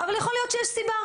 אבל יכול להיות שיש סיבה.